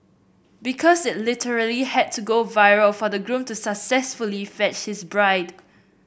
because it literally had to go viral for the groom to successfully fetch his bride